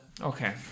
Okay